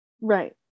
right